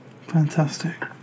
fantastic